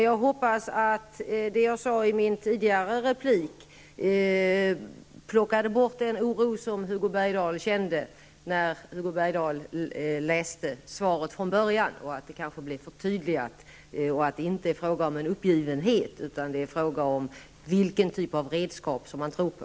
Jag hoppas att det jag sade i mitt tidigare inlägg skingrade den oro som Hugo Bergdahl kände när han läste svaret från början. Det kanske blev förtydligat att det inte är fråga om en uppgivenhet utan om vilken typ av redskap man tror på.